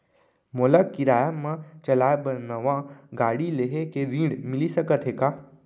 मोला किराया मा चलाए बर नवा गाड़ी लेहे के ऋण मिलिस सकत हे का?